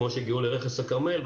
כמו שהגיעו לרכס הכרמל,